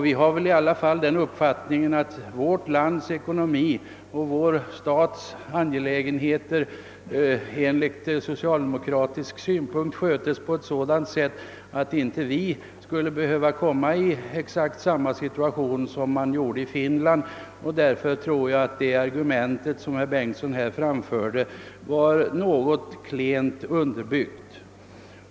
Vi har väl i alla fall den uppfattningen att vårt lands ekonomi och vår stats angelägenheter sköts på ett sådant sätt, att vi inte skulle behöva hamna i exakt samma situation som man gjorde i Finland. Därför tror jag att det argument som herr Bengtsson här framförde var något klent underbyggt.